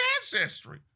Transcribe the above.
ancestry